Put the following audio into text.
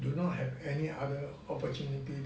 do not have any other opportunities